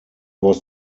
was